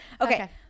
okay